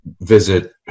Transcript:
visit